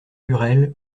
lurel